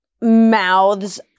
mouths